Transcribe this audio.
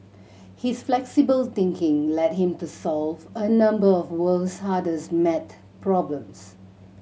his flexible thinking led him to solve a number of world's hardest maths problems